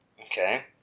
okay